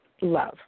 love